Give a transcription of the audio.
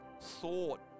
thought